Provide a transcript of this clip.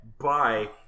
bye